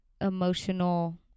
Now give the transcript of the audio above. emotional